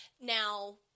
now